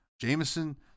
jameson